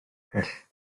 hyll